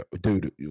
dude